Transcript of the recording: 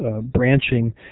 branching